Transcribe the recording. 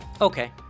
Okay